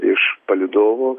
iš palydovo